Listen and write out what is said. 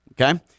Okay